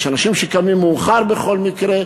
יש אנשים שקמים מאוחר בכל מקרה.